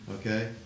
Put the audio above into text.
Okay